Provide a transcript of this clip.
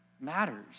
Matters